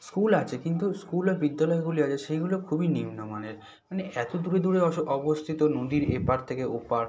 school আছে কিন্তু স্কুলে বিদ্যালয়গুলি আছে সেগুলো খুবই নিম্নমানের মানে এত দূরে দূরে অবস্থিত নদীর এপার থেকে ওপার